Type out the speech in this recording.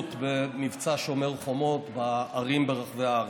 במבצע שומר החומות בערים ברחבי הארץ.